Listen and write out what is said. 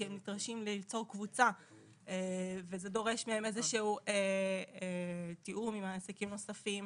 כי הם נדרשים ליצור קבוצה וזה דורש מהם איזשהו תיאום עם מעסיקים נוספים.